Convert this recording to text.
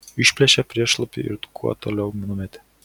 išplėšė priešlapį ir kuo toliau numetė